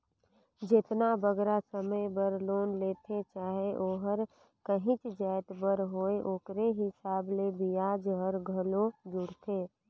जेतना बगरा समे बर लोन लेथें चाहे ओहर काहींच जाएत बर होए ओकरे हिसाब ले बियाज हर घलो जुड़थे